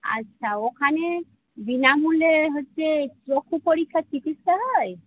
আচ্ছা ওখানে বিনামূল্যে হচ্ছে চক্ষু পরীক্ষার চিকিৎসা হয়